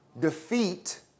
defeat